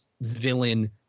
villain